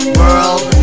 world